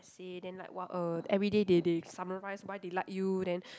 say then like what uh everyday they they summarise why they like you then